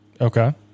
Okay